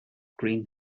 green